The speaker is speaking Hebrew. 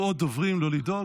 יהיו עוד דוברים, לא לדאוג.